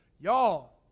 Y'all